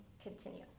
continue